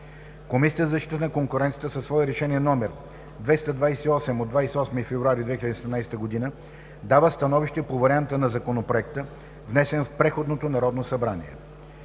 Комисията за защита на конкуренцията със свое Решение № 228/28.02.2017 г. дава становище по варианта на Законопроекта, внесен в предходното Народно събрание.